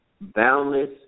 boundless